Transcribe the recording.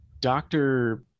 doctor